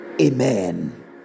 Amen